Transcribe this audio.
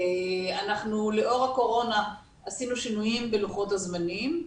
לאור הקורונה עשינו שינויים בלוחות הזמנים.